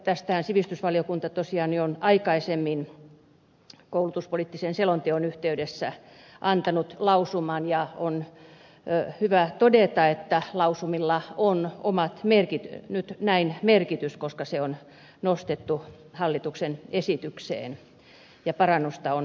tästähän sivistysvaliokunta tosiaan jo on aikaisemmin koulutuspoliittisen selonteon yhteydessä antanut lausuman ja on hyvä todeta että lausumilla on nyt näin merkitys koska lausuma on nostettu hallituksen esitykseen ja parannusta on tulossa